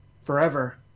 Forever